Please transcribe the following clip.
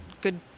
good